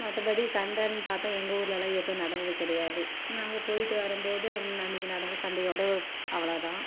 மற்றபடி சண்டைன்னு பாத்தோம் எங்கள் ஊர்லேலாம் எதுவும் நடந்தது கிடையாது நாங்கள் போய்ட்டு வரும்போது அந்த அன்னைக்கு நடந்த சண்டையோடு அவ்வளோவு தான்